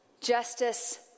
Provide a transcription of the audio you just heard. justice